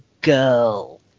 girl